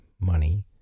money